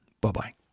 Bye-bye